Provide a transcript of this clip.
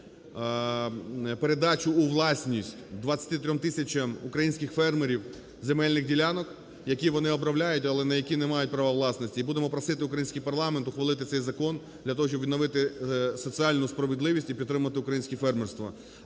передачу у власність 23 тисячам українських фермерів земельних ділянок, які вони обробляють, але на які не мають права власності. І будемо просити український парламент ухвалити цей закон для того, щоб відновити соціальну справедливість і підтримати українське фермерство.